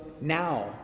now